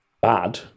bad